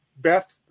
Beth